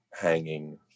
hanging